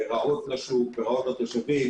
רעות לשוק ולתושבים